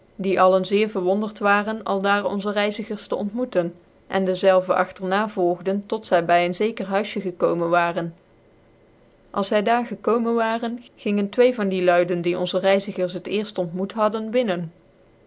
die alle zeer verwondert waren aldaar onze reizigers te ontmoeten en dezelve agter na volgden tot zy by een zeker huisje gekomen waren als zy daar gekomen waren gingen twee van die luyden die onze reizigers het cerft ontmoet hadden binnen